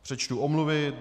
Přečtu omluvy.